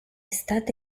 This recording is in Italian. stata